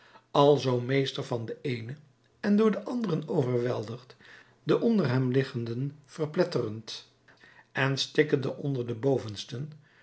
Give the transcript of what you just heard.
alzoo meester van de eenen en door de anderen overweldigd de onder hem liggenden verpletterend en stikkende onder de bovensten